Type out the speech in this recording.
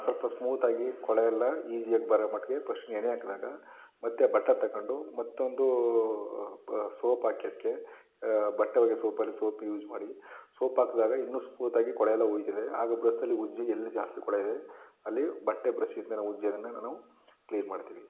ಸ್ವಲ್ಪ ಸ್ಮೂತಾಗಿ ಕೊಳೆ ಎಲ್ಲ ಈಸಿಯಾಗಿ ಬರೋ ಮಟ್ಟಿಗೆ ಫಸ್ಟ್ ನೆನೆ ಹಾಕಿದಾಗ ಮತ್ತು ಬಟ್ಟೆ ತಗೊಂಡು ಮತ್ತೊಂದು ಸೋಪ್ ಹಾಕಿ ಅದಕ್ಕೆ ಬಟ್ಟೆ ಒಗೆಯೋ ಸೋಪಲ್ಲಿ ಸೋಪ್ ಯೂಸ್ ಮಾಡಿ ಸೋಪ್ ಹಾಕಿದಾಗ ಇನ್ನೂ ಸ್ಮೂತಾಗಿ ಕೊಳೆ ಎಲ್ಲ ಹೋಗ್ತದೆ ಹಾಗೂ ಬ್ರಷಲ್ಲಿ ಉಜ್ಜಿ ಎಲ್ಲಿ ಜಾಸ್ತಿ ಕೊಳೆ ಇದೆ ಅಲ್ಲಿ ಬಟ್ಟೆ ಬ್ರಷಿಂದ ಉಜ್ಜಿ ಅದನ್ನು ನಾವು ಕ್ಲೀನ್ ಮಾಡ್ತೀವಿ